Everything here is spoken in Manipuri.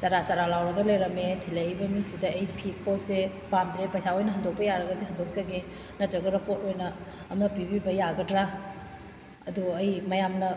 ꯆꯔꯥ ꯆꯔꯥ ꯂꯥꯎꯔꯒ ꯂꯩꯔꯝꯃꯦ ꯊꯤꯜꯂꯛꯏꯕ ꯃꯤꯁꯤꯗ ꯑꯩ ꯐꯤ ꯄꯣꯠꯁꯦ ꯄꯥꯝꯗ꯭ꯔꯦ ꯄꯩꯁꯥ ꯑꯣꯏꯅ ꯍꯟꯗꯣꯛꯄ ꯌꯥꯔꯒꯗꯤ ꯍꯟꯗꯣꯛꯆꯒꯦ ꯅꯠꯇ꯭ꯔꯒꯅ ꯄꯣꯠ ꯑꯣꯏꯅ ꯑꯃ ꯄꯤꯕꯤꯕ ꯌꯥꯒꯗ꯭ꯔꯥ ꯑꯗꯨꯕꯨ ꯑꯩ ꯃꯌꯥꯝꯅ